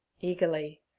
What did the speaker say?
eagerly